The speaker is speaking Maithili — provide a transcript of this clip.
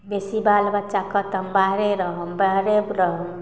बेसी बाल बच्चा कहत हम बाहरे रहब बाहरे रहब